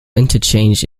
interchange